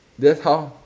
that's how